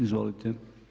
Izvolite.